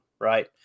right